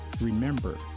remember